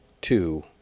two